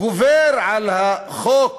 גובר על החוק